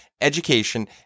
education